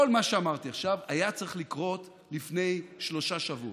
כל מה שאמרתי עכשיו היה צריך לקרות לפני שלושה שבועות.